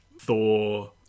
Thor